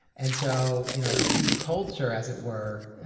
and so you know the food culture, as it were,